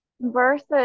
versus